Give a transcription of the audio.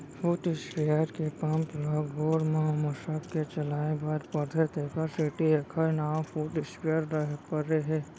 foot sprayer के pump ल गोड़ म मसक के चलाए बर परथे तेकर सेती एकर नांव फुट स्पेयर परे हे